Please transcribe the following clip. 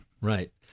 Right